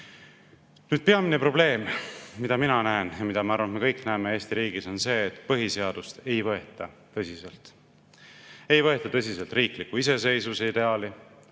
Peamine probleem, mida mina näen, ja ma arvan, et me kõik näeme seda Eesti riigis, on see, et põhiseadust ei võeta tõsiselt. Ei võeta tõsiselt riikliku iseseisvuse ideaali,